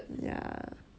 ya